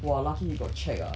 !wah! lucky he got check ah